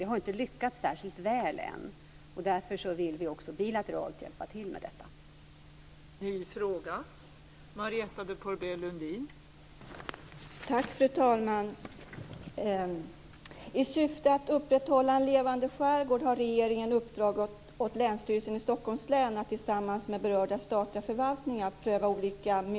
Det har dock inte lyckats särskilt väl än, och därför vill vi också hjälpa till med detta bilateralt.